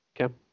Okay